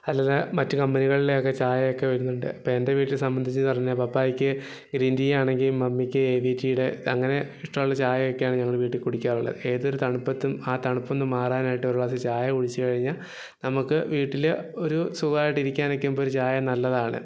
അല്ലാതെ മറ്റു കമ്പനികളിലെ ഒക്കെ ചായ ഒക്കെ വരുന്നുണ്ട് അപ്പം എൻ്റെ വീട്ടിലെ സംബന്ധിച്ച് പറഞ്ഞാൽ പപ്പയ്ക്ക് ഗ്രീൻ ടീ ആണെങ്കിൽ മമ്മിക്ക് എ വി ടിയുടെ അങ്ങനെ ഇഷ്ടമുള്ള ചായ ഒക്കെയാണ് ഞങ്ങൾ വീട്ടിൽ കുടിക്കാറുള്ളത് ഏതൊരു തണുപ്പത്തും ആ തണുപ്പ് ഒന്ന് മാറാനായിട്ട് ഒരു ഗ്ലാസ് ചായ കുടിച്ച് കഴിഞ്ഞാൽ നമുക്ക് വീട്ടിൽ ഒരു സുഖമായിട്ടിരിക്കാനാകുമ്പം ഒരു ചായ നല്ലതാണ്